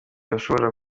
bashobora